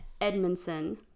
Edmondson